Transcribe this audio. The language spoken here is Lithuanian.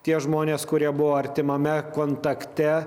tie žmonės kurie buvo artimame kontakte